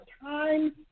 time